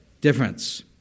difference